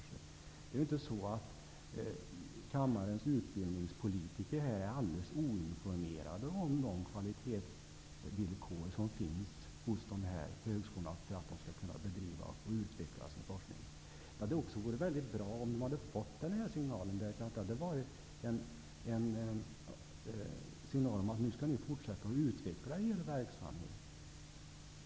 Det är inte så att kammarens utbildningspolitiker är alldeles oinformerade om de kvalitetsvillkor som finns hos de här högskolorna, för att de skall kunna bedriva och utveckla sin forskning. Det hade varit mycket bra om de hade fått den här signalen, för det hade varit en signal om att de nu skall fortsätta att utveckla sin verksamhet.